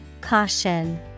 Caution